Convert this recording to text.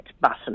button